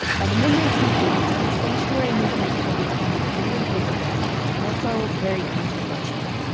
by the mid nineteen eighty s, the sanctuary movement had become very visible and also very controversial.